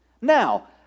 Now